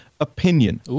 opinion